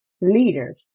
leaders